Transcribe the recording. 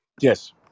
Yes